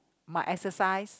my exercise